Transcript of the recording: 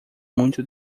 muito